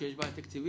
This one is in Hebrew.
וכשיש בעיה תקציבית,